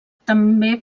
també